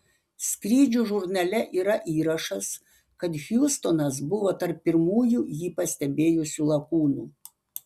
skrydžių žurnale yra įrašas kad hiustonas buvo tarp pirmųjų jį pastebėjusių lakūnų